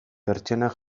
pertsianak